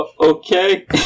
Okay